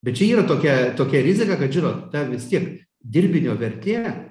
bet čia yra tokia tokia rizika kad žinot ta vis tiek dirbinio vertė